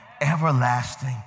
everlasting